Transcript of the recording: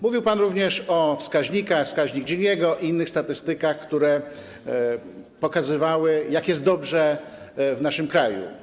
Mówił pan również o wskaźnikach, wskaźniku Giniego i innych statystykach, które pokazywały, jak jest dobrze w naszym kraju.